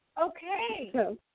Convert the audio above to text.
Okay